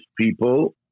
people